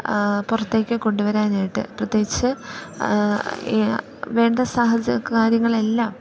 പുറത്തേക്ക് കൊണ്ടുവരാനായിട്ട് പ്രത്യേകിച്ച് വേണ്ട കാര്യങ്ങളെല്ലാം